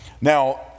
Now